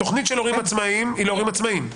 התכנית של הורים עצמאים היא להורים עצמאים.